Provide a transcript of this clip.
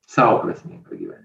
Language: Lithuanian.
sau prasmingą gyvenimą